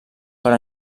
però